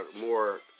more